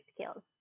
skills